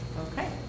Okay